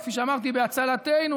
וכפי שאמרתי בהצלתנו,